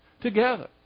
together